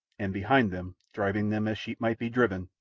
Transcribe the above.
and behind them, driving them as sheep might be driven,